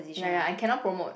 ya ya I cannot promote